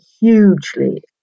hugely